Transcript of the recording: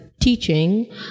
teaching